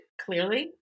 clearly